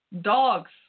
dogs